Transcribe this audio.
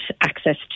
access